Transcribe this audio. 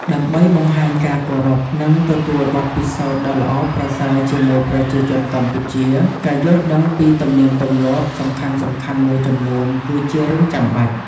ដើម្បីបង្ហាញការគោរព និងទទួលបទពិសោធន៍ដ៏ល្អប្រសើរជាមួយប្រជាជនកម្ពុជា ការយល់ដឹងពីទំនៀមទម្លាប់សំខាន់ៗមួយចំនួនគឺជារឿងចាំបាច់។